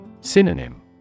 Synonym